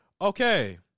okay